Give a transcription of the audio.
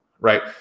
right